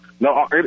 No